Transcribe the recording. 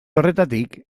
horretatik